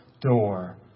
door